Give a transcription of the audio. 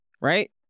right